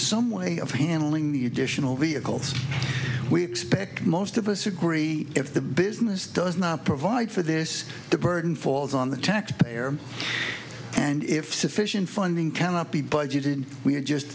some way of handling the edition of vehicles we expect most of us agree if the business does not provide for this the burden falls on the taxpayer and if sufficient funding cannot be budgeted we are just